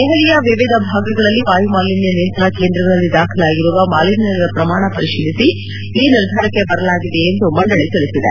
ದೆಹಲಿಯ ವಿವಿಧ ಭಾಗಗಳಲ್ಲಿನ ವಾಯು ಮಾಲಿನ್ನ ನಿಯಂತ್ರಣ ಕೇಂದ್ರಗಳಲ್ಲಿ ದಾಖಲಾಗಿರುವ ಮಾಲಿನ್ಯದ ಪ್ರಮಾಣವನ್ನು ಪರಿಶೀಲಿಸಿ ಈ ನಿರ್ಧಾರಕ್ಕೆ ಬರಲಾಗಿದೆ ಎಂದು ಮಂಡಳಿ ತಿಳಿಸಿದೆ